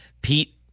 Pete